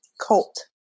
Colt